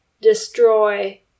destroy